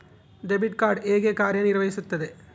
Debit card ಹೇಗೆ ಕಾರ್ಯನಿರ್ವಹಿಸುತ್ತದೆ?